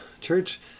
church